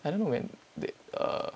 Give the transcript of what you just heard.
I don't know man they uh